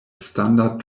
standard